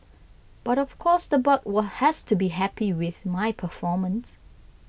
but of course the board were has to be happy with my performance